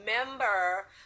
remember